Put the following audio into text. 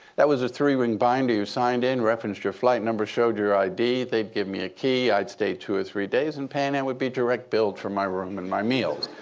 that was a three-ring binder. you signed in, referenced your flight number, showed your id. they'd give me a key. i'd stay two or three days, and pan am and would be direct billed for my room and my meals.